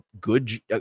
good